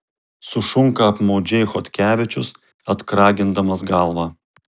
sušunka apmaudžiai chodkevičius atkragindamas galvą